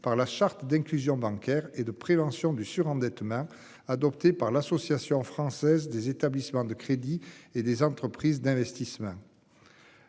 Par la charte d'inclusion bancaire et de prévention du surendettement adoptée par l'Association française des établissements de crédit et des entreprises d'investissement.